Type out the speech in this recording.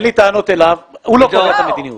אין לי טענות אליו אבל הוא לא קובע את המדיניות.